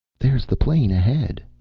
there's the plain ahead,